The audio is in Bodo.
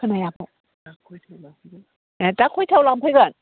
खोनायाखै ए दा खयथायाव लांफैगोन